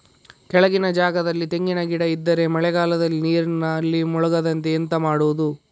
ಕೆಳಗಿನ ಜಾಗದಲ್ಲಿ ತೆಂಗಿನ ಗಿಡ ಇದ್ದರೆ ಮಳೆಗಾಲದಲ್ಲಿ ನೀರಿನಲ್ಲಿ ಮುಳುಗದಂತೆ ಎಂತ ಮಾಡೋದು?